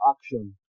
action